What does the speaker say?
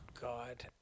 God